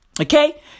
Okay